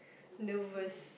nervous